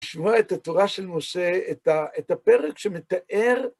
שמע את התורה של משה, את הפרק שמתאר...